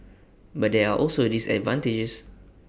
but there are also disadvantages